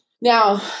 Now